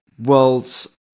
World's